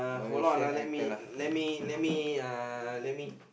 hold on uh let me let me let me uh let me